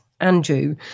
Andrew